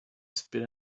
spit